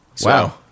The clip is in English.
Wow